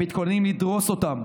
הם מתכוננים לדרוס אותם